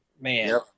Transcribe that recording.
man